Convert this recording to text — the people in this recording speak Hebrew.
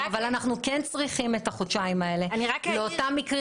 אבל אנחנו כן צריכים את החודשיים האלה לאותם מקרים